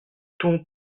ton